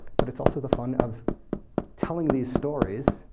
but it's also the fun of telling these stories,